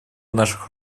наших